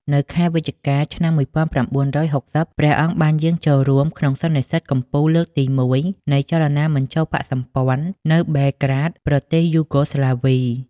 នៅខែវិច្ឆិកា ឆ្នាំ១៩៦០ ព្រះអង្គបានយាងចូលរួមក្នុងសន្និសីទកំពូលលើកទី១ នៃចលនាមិនចូលបក្សសម្ព័ន្ធនៅបែលក្រាដ ប្រទេសយូហ្គោស្លាវី។